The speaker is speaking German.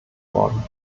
worden